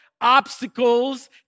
obstacles